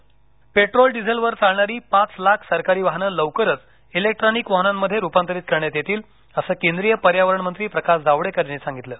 Prakash Javadekar petrol डीझेलवर चालणारी पाच लाख सरकारी वाहनंलवकरच इलेक्ट्रिक वाहनांमध्ये रुपांतरित करण्यात येतीलअसं केंद्रीय पर्यावरण मंत्री प्रकाश जावडेकर यांनी सांगितलं